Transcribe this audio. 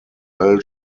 bell